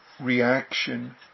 Reaction